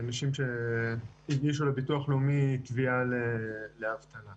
אז שהמידע הזה יצוף למעלה כי זה יאפשר לטרגט אותו ולהציע לו הצעות.